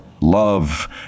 love